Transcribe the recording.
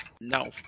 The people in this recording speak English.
No